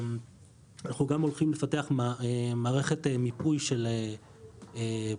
אנחנו גם הולכים לפתח מערכת מיפוי של פוטנציאל